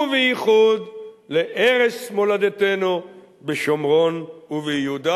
ובייחוד לערש מולדתנו בשומרון וביהודה,